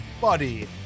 buddy